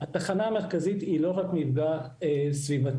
התחנה המרכזית היא לא רק מפגע סביבתי.